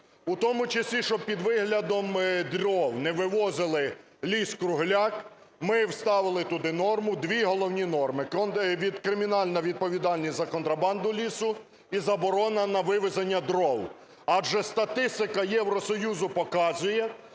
У тому числі, щоб під виглядом дров не вивозили ліс-кругляк, ми вставити туди норму, дві головні норми: кримінальна відповідальність за контрабанду лісу і заборона на вивезення дров. Адже статистика Євросоюзу показує,